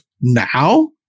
now